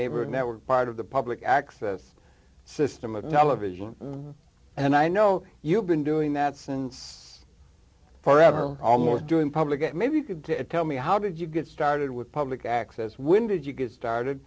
neighborhood network part of the public access system of now a vision and i know you've been doing that since forever almost doing public maybe you could tell me how did you get started with public access when did you get started